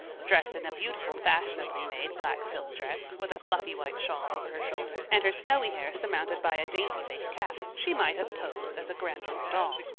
dressed in a beautiful, fashionably-made black silk dress, with a fluffy white shawl over her shoulders, and her snowy hair surmounted by a dainty lace cap, she might have posed as a grandmother doll.